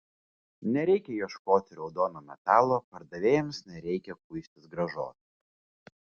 nereikia ieškoti raudono metalo pardavėjams nereikia kuistis grąžos